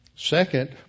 Second